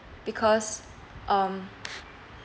because um